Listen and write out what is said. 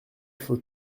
faut